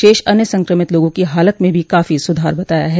शेष अन्य संक्रमित लोगों की हालत में भी काफी सुधार बताया गया है